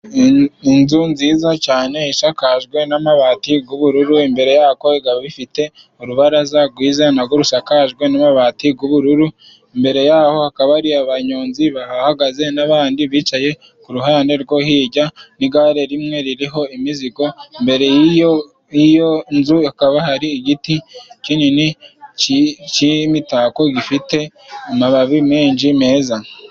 Inzu nziza cyane isakajwe n'amabati y'ubururu, imbere yayo ikaba bifite urubaraza rwiza narwo rusakajwe n'amabati y'ubururu, mbere yaho hakaba hari abanyonzi bahagaze n'abandi bicaye, ku ruhande rwo hirya n'igare rimwe ririho imizigo, mbere yiyo nzu hakaba hari igiti kinini, cy'imitako gifite amababi menshi meza.